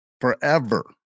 forever